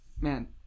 Man